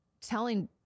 telling